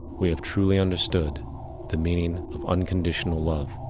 we have truly understood the meaning of unconditional love.